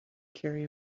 carry